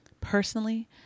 Personally